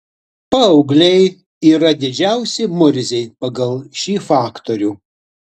paaugliai yra didžiausi murziai pagal šį faktorių